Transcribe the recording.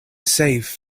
save